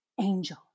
Angel